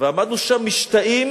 ועמדנו שם משתאים